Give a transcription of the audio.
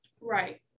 Right